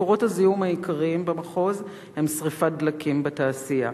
מקורות הזיהום העיקריים במחוז הם שרפת דלקים בתעשייה.